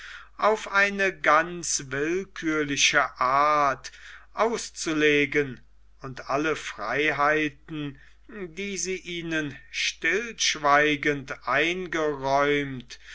auf eine ganz willkürliche art auszulegen und alle freiheiten die sie ihnen stillschweigend eingeräumt